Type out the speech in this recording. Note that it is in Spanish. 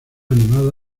animada